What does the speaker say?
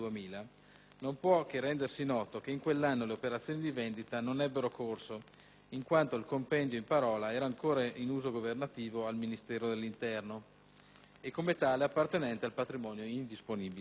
non può che rendersi noto che in quell'anno le operazioni di vendita non ebbero corso in quanto il compendio in parola era ancora in uso governativo al Ministero dell'interno e come tale appartenente al patrimonio indisponibile.